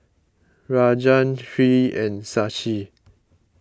Rajan Hri and Shashi